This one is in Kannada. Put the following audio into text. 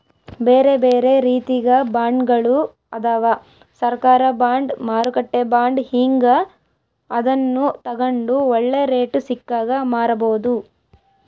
ಬೇರೆಬೇರೆ ರೀತಿಗ ಬಾಂಡ್ಗಳು ಅದವ, ಸರ್ಕಾರ ಬಾಂಡ್, ಮಾರುಕಟ್ಟೆ ಬಾಂಡ್ ಹೀಂಗ, ಅದನ್ನು ತಗಂಡು ಒಳ್ಳೆ ರೇಟು ಸಿಕ್ಕಾಗ ಮಾರಬೋದು